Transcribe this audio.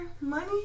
money